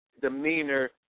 demeanor